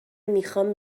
میخوام